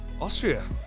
Austria